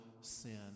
sin